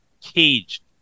Caged